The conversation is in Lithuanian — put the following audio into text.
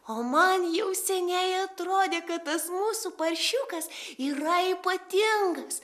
o man jau seniai atrodė kad tas mūsų paršiukas yra ypatingas